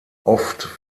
oft